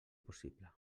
possible